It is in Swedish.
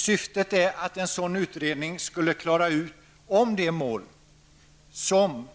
Syftet är att en sådan utredning skulle klara ut om de mål som